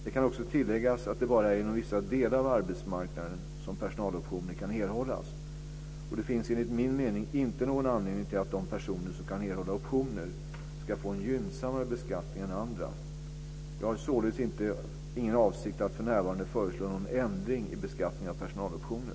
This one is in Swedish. Det kan också tilläggas att det bara är inom vissa delar av arbetsmarknaden som personaloptioner kan erhållas och det finns enligt min mening inte någon anledning till att de personer som kan erhålla optioner ska få en gynnsammare beskattning än andra. Jag har således ingen avsikt att för närvarande föreslå någon ändring i beskattningen av personaloptioner.